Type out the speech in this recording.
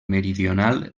meridional